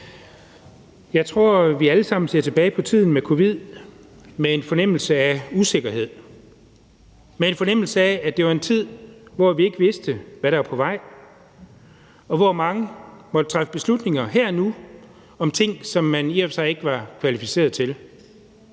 Jeg tror, vi alle sammen ser tilbage på tiden med covid-19 med en fornemmelse af usikkerhed, med en fornemmelse af, at det var en tid, hvor vi ikke vidste, hvad der var på vej, og hvor mange måtte træffe beslutninger her og nu om ting, som man i og for sig ikke var kvalificeret til.